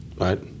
Right